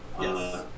Yes